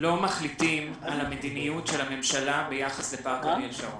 לא מחליטים על המדיניות של הממשלה ביחס לפארק אריאל שרון.